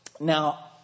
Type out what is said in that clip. Now